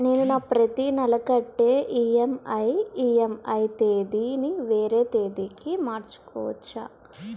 నేను నా ప్రతి నెల కట్టే ఈ.ఎం.ఐ ఈ.ఎం.ఐ తేదీ ని వేరే తేదీ కి మార్చుకోవచ్చా?